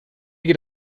geht